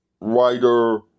writer